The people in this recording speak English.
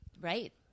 Right